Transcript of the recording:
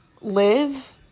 live